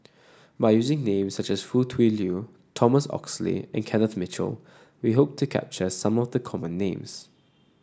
by using names such as Foo Tui Liew Thomas Oxley and Kenneth Mitchell we hope to capture some of the common names